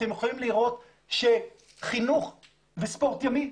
אתם יכולים לראות שחינוך וספורט ימי,